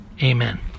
Amen